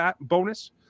bonus